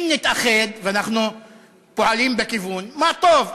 אם נתאחד, ואנחנו פועלים בכיוון, מה טוב.